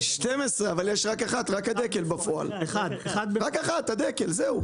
12, אבל בפועל יש רק אחת, רק הדקל, זהו.